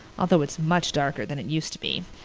although it's much darker than it used to be.